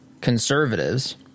conservatives